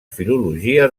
filologia